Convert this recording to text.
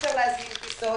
אי-אפשר להזמין טיסות,